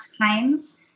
times